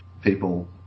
people